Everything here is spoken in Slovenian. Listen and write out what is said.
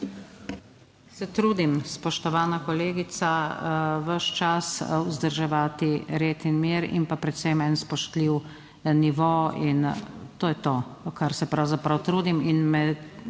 Se trudim spoštovana kolegica, ves čas vzdrževati red in mir, in pa predvsem en spoštljiv nivo in to je to, kar se pravzaprav trudim in me